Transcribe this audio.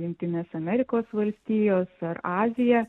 jungtinės amerikos valstijos ar azija